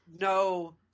no